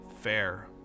fair